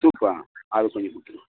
soup ஆ அதை கொஞ்சம் கொடுத்துருங்க